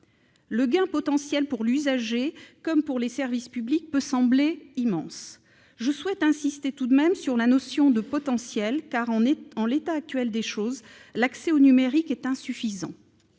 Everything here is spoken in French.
Le gain potentiel pour l'usager comme pour les services publics peut sembler immense. Je souhaite tout de même insister sur le caractère « potentiel », car, en l'état actuel des choses, l'accès au numérique est insuffisant.